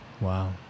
Wow